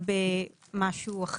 במשהו אחר.